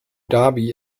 dhabi